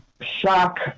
shock